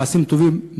מעשים טובים,